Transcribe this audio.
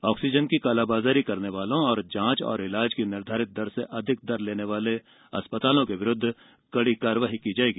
oxygen की कालाबाजारी करने वालों जाँच और इलाज की निर्धारित दर से अधिक दर लेने वाले अस्पतालों के विरूद्ध कड़ी कार्यवाही की जायेगी